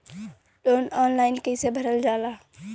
Loan online कइसे भरल जाला?